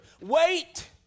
Wait